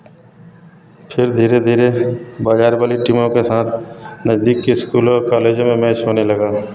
फिर धीरे धीरे बाज़ार वाली टीमों के साथ नज़दीक के स्कूलों और कॉलेजों में मैच होने लगा